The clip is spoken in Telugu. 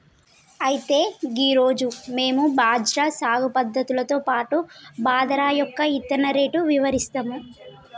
అయితే గీ రోజు మేము బజ్రా సాగు పద్ధతులతో పాటు బాదరా యొక్క ఇత్తన రేటు ఇవరిస్తాము